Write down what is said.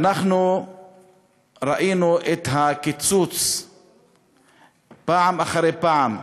ואנחנו ראינו את הקיצוץ פעם אחרי פעם.